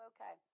Okay